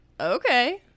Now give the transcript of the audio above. okay